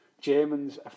Germans